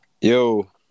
yo